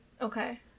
Okay